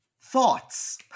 thoughts